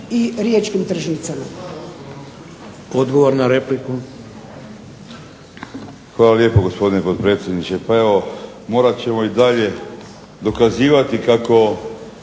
i riječkim tržnicama.